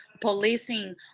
policing